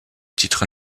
titre